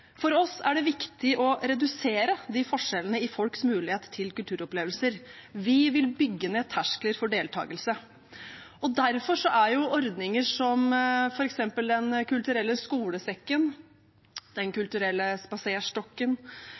For oss er det viktig å redusere forskjellene i folks mulighet til kulturopplevelser. Vi vil bygge ned terskler for deltakelse. Derfor er ordninger som f.eks. Den kulturelle skolesekken, Den kulturelle spaserstokken,